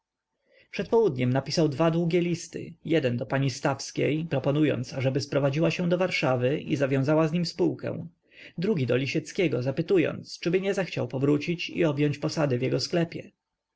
przed południem napisał dwa długie listy jeden do pani stawskiej proponując ażeby sprowadziła się do warszawy i zawiązała z nim spółkę drugi do lisieckiego zapytując czyby nie zechciał powrócić i objąć posady w jego sklepie